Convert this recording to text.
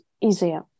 easier